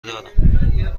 دارم